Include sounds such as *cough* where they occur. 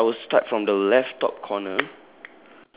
*noise* so I will start from the left top corner